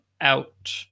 out